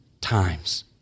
times